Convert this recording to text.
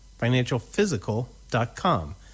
financialphysical.com